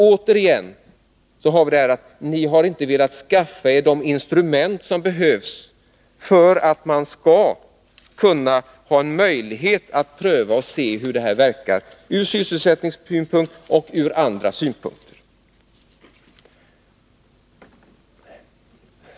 Återigen kan man konstatera att ni inte har velat skaffat er de instrument som behövs för att man skall kunna ha en möjlighet att pröva hur utlandsinvesteringar verkar, från sysselsättningssynpunkt och från andra synpunkter.